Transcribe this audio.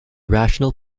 rational